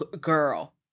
Girl